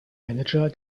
manager